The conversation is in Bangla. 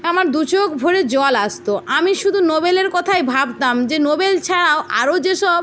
আমার দুচোখ ভরে জল আসত আমি শুধু নোবেলের কথাই ভাবতাম যে নোবেল ছাড়াও আরও যেসব